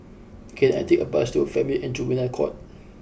can I take a bus to a Family and Juvenile Court